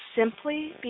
simply